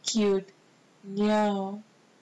ya so cute ya